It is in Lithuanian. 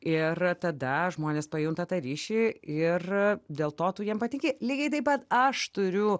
ir tada žmonės pajunta tą ryšį ir dėl to tu jiem patiki lygiai taip pat aš turiu